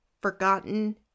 forgotten